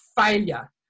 failure